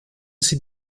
sie